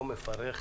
לא מפרך,